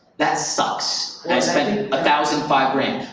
that sucks i spent a thousand, five grand.